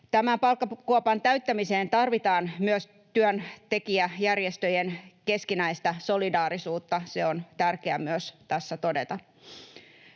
Tämän palkkakuopan täyttämiseen tarvitaan myös työntekijäjärjestöjen keskinäistä solidaarisuutta. Se on tärkeää myös tässä todeta.